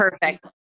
perfect